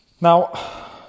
Now